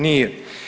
Nije.